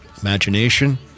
Imagination